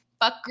fuck